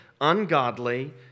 Ungodly